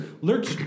Lurch